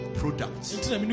products